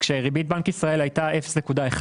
כשריבית בנק ישראל הייתה 0.1%,